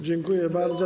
Dziękuję bardzo.